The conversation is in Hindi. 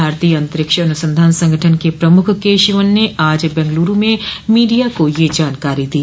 भारतीय अंतरिक्ष अनुसंधान संगठन के प्रमुख के शिवन ने आज बंगलुरू में मीडिया को यह जानकारी दी